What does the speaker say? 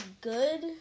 good